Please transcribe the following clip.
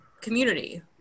community